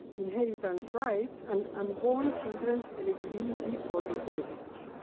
inheritance rights and unborn children's eligibility for bequests.